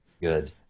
good